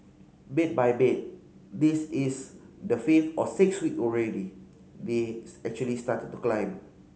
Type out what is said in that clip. bit by bit this is the fifth or sixth week already they actually started to climb